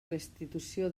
restitució